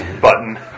button